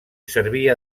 servia